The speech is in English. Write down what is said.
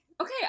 Okay